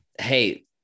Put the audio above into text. hey